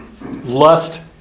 lust